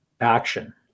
action